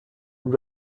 nur